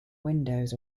windows